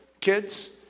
kids